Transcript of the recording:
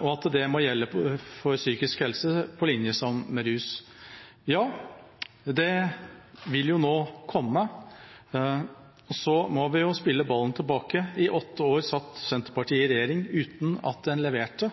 og at det må gjelde for psykisk helse på linje med rus. Ja, det vil jo nå komme. Så må vi jo spille ballen tilbake: I åtte år satt Senterpartiet i regjering uten at man leverte